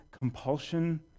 compulsion